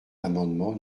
l’amendement